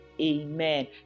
amen